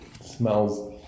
smells